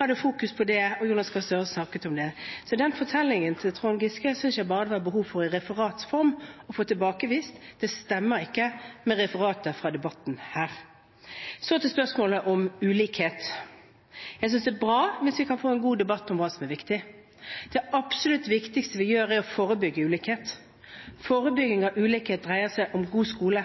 Jonas Gahr Støre snakket om det. Så den fortellingen til Trond Giske synes jeg det var behov for – i referats form – å få tilbakevist. Det stemmer ikke med referatet fra debatten her. Så til spørsmålet om ulikhet: Jeg synes det er bra hvis vi kan få en god debatt om hva som er viktig. Det absolutt viktigste vi gjør, er å forebygge ulikhet. Forebygging av ulikhet dreier seg om god skole,